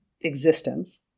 existence